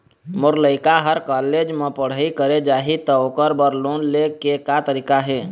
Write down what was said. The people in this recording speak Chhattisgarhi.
मोर लइका हर कॉलेज म पढ़ई करे जाही, त ओकर बर लोन ले के का तरीका हे?